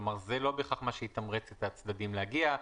כלומר, זה לא בהכרח מה שיתמרץ את הצדדים להגיע.